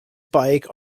bike